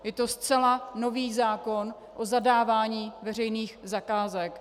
Je to zcela nový zákon o zadávání veřejných zakázek.